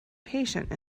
patient